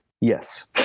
Yes